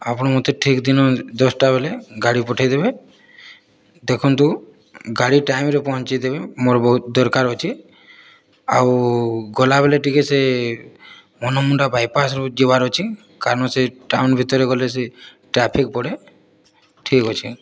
ଆପଣ ମୋତେ ଠିକ୍ ଦିନ ଦଶଟା ବେଳେ ଗାଡ଼ି ପଠାଇ ଦେବେ ଦେଖନ୍ତୁ ଗାଡ଼ି ଟାଇମ୍ରେ ପହଞ୍ଚାଇ ଦେବେ ମୋର ବହୁତ ଦରକାର ଅଛି ଆଉ ଗଲାବେଳେ ଟିକିଏ ସେ ବନମୁଣ୍ଡା ବାଇପାସ୍ରୁ ଯିବାର ଅଛି କାରଣ ସେ ଟାଉନ୍ ଭିତରୁ ଗଲେ ସେ ଟ୍ରାଫିକ୍ ପଡ଼େ ଠିକ୍ ଅଛି